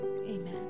Amen